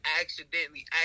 accidentally